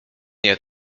nie